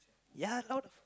yeah how the